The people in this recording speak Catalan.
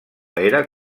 era